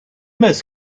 most